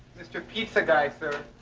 mr. pizza guy, sir.